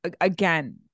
again